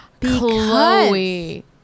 chloe